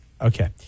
okay